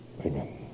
Amen